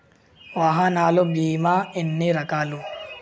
వాహనాల బీమా ఎన్ని రకాలు?